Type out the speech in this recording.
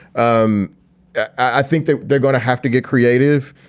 um i think they're they're going to have to get creative.